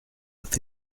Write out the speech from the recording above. with